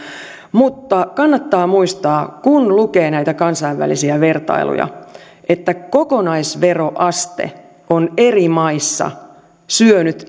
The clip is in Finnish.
mutta kannattaa muistaa kun lukee näitä kansainvälisiä vertailuja että kokonaisveroaste on eri maissa syönyt